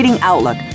Outlook